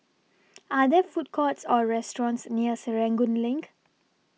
Are There Food Courts Or restaurants near Serangoon LINK